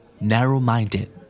Narrow-minded